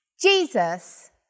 Jesus